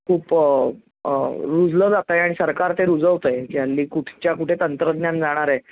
खूप रुजलं जातं आहे आणि सरकार ते रुजवतं आहे की हल्ली कुठच्या कुठे तंत्रज्ञान जाणार आहे